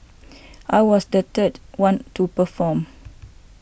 I was the third one to perform